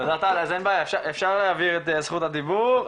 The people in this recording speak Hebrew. אין בעיה אפשר להעביר את זכות הדיבור,